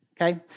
Okay